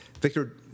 Victor